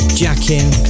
jacking